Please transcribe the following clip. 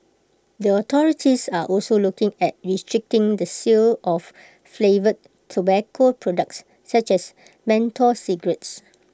the authorities are also looking at restricting the sale of flavoured tobacco products such as menthol cigarettes